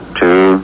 two